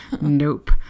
Nope